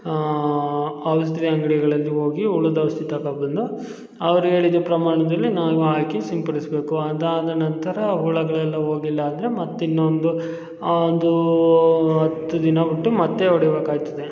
ಆಂ ಔಷಧಿ ಅಂಗಡಿಗಳಲ್ಲಿ ಹೋಗಿ ಉಳದು ಔಷಧಿ ತಕೊಬಂದು ಅವ್ರು ಹೇಳಿದ ಪ್ರಮಾಣದಲ್ಲಿ ನಾವು ಹಾಕಿ ಸಿಂಪಡಿಸಬೇಕು ಅದಾದ ನಂತರ ಹುಳಗಳೆಲ್ಲ ಹೋಗಿಲ್ಲ ಅಂದರೆ ಮತ್ತೆ ಇನ್ನೊಂದು ಅದು ಹತ್ತು ದಿನ ಬಿಟ್ಟು ಮತ್ತೆ ಹೊಡಿಬೇಕಾಗ್ತದೆ